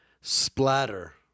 splatter